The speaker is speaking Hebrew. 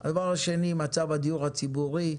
2) מצב הדיור הציבורי,